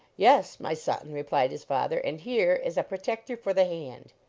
yes, my son, replied his father, and here is a protector for the hand.